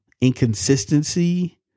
inconsistency